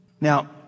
Now